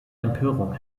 empörung